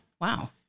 Wow